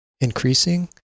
increasing